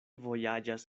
vojaĝas